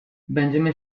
będziemy